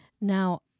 Now